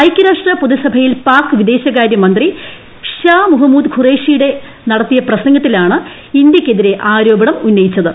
ഐക്യരാഷ്ട്ര പൊതുസഭയിൽ പാക് വിദേശകാര്യമന്ത്രി ഷാ മുഹമ്മൂദ് ഖുറേഷിയുടെ നടത്തിയ പ്രസംഗത്തിലാണ് ഇന്ത്യക്കെതിരെ ആരോപണം ഉന്നയിച്ചത്